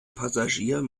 passagier